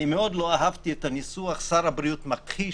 אני מאוד לא אהבתי את הניסוח "שר הבריאות מכחיש".